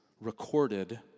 recorded